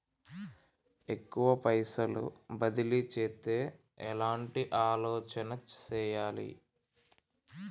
ఎక్కువ పైసలు బదిలీ చేత్తే ఎట్లాంటి ఆలోచన సేయాలి?